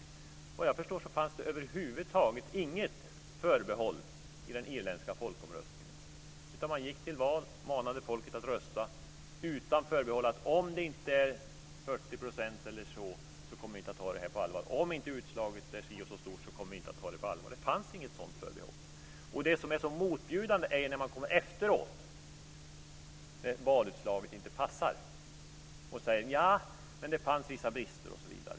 Såvitt jag förstår fanns det över huvud taget inget förbehåll i den irländska folkomröstningen, utan man gick till val och manade folket att rösta. Det fanns inga förbehåll som att man inte skulle ta folkomröstningen på allvar om inte valdeltagandet var t.ex. 40 % eller om utslaget blev si eller så stort. Det fanns inget sådant förbehåll. Det som är så motbjudande är när man efteråt, när valutslaget inte passar, kommer och säger att det fanns vissa brister osv.